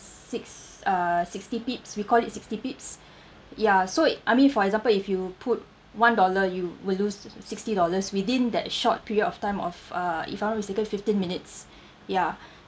six uh sixty pips we call it sixty pips ya so it I mean for example if you put one dollar you will lose sixty dollars within that short period of time of uh if I'm not mistaken fifteen minutes ya